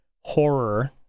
horror